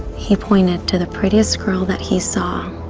he pointed to the prettiest girl that he saw,